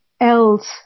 else